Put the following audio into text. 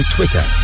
Twitter